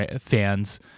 fans